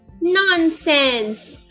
Nonsense